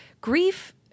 grief